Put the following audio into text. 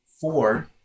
four